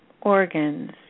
organs